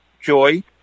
joy